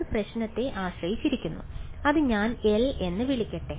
അത് പ്രശ്നത്തെ ആശ്രയിച്ചിരിക്കുന്നു അത് ഞാൻ L എന്ന് വിളിക്കട്ടെ